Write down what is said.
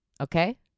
Okay